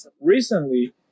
recently